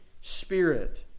Spirit